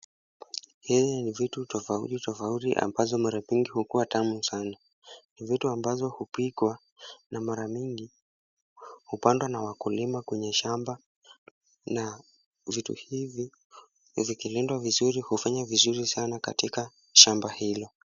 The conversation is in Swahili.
Hizi ni vitu tofauti tofauti ambazo mara nyingi hukua tamu sana. Ni vitu ambazo hupikwa na mara nyingi hupandwa na wakulima kwenye shamba na vitu hivi vikilindwa vizuri hufanya vizuri sana katika shamba hilo.